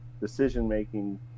decision-making